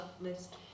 list